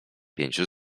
pięciu